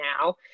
now